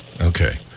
Okay